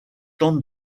tentent